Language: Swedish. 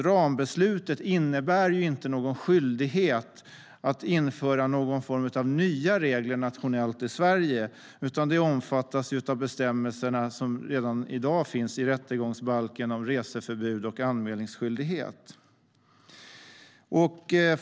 Rambeslutet innebär inte någon skyldighet att införa någon form av nya regler nationellt i Sverige, utan det omfattas av bestämmelserna som redan i dag finns i rättegångsbalken om reseförbud och anmälningsskyldighet.